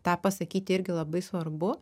tą pasakyti irgi labai svarbu